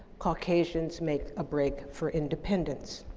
caucasians make a break for independence.